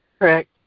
Correct